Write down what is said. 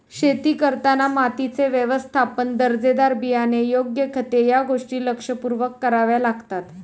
शेती करताना मातीचे व्यवस्थापन, दर्जेदार बियाणे, योग्य खते या गोष्टी लक्षपूर्वक कराव्या लागतात